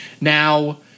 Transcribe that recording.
Now